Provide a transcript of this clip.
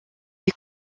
lui